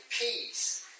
peace